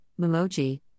Memoji